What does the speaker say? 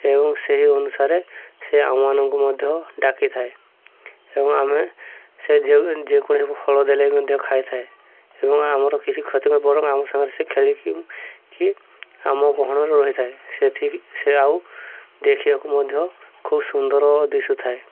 ଏବଂ ସେହି ଅନୁସାରେ ସେ ଆମମାନଙ୍କୁ ମଧ୍ୟ ଡାକିଥାଏ ଏବଂ ଆମେ ସେ ଯେଉଁ ଯେକୌଣସି ଫଳ ଦେଲେ ବି ମଧ୍ୟ ଖାଇଥାଏ ଏବଂ ଆମର କିଛି କ୍ଷତି ଆମ ସାଙ୍ଗରେ ସେ ଖେଳିକି କି ଆମ ଗହଳରେ ରହିଥାଏ ସେ ଠିକ୍ ସେ ଆଉ ଦେଖିବାକୁ ମଧ୍ୟ ଖୁବ୍ ସୁନ୍ଦର ଦିଶୁଥାଏ